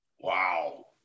Wow